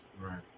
Right